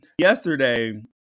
Yesterday